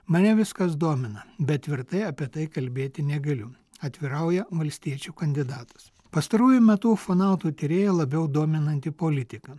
mane viskas domina bet tvirtai apie tai kalbėti negaliu atvirauja valstiečių kandidatas pastaruoju metu ufonautų tyrėją labiau dominanti politika